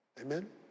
Amen